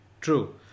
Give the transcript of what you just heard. true